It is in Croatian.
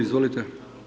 Izvolite.